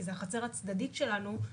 כי זו החצר הצדדית שלנו.